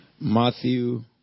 Matthew